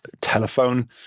telephone